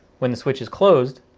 when the switch is closed,